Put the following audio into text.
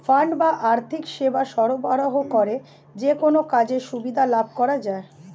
fund বা আর্থিক সেবা সরবরাহ করে যেকোনো কাজের সুবিধা লাভ করা যায়